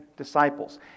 disciples